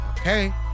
Okay